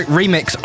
remix